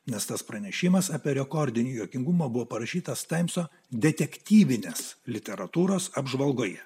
nes tas pranešimas apie rekordinį juokingumą buvo parašytas taimso detektyvinės literatūros apžvalgoje